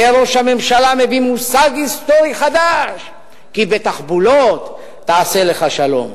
הנה ראש הממשלה מביא מושג היסטורי חדש: "כי בתחבולות תעשה לך שלום".